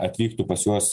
atvyktų pas juos